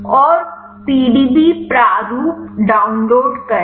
और पीडीबी प्रारूप डाउनलोड करें